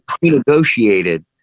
pre-negotiated